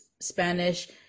Spanish